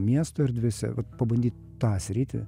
miesto erdvėse vat pabandyt tą sritį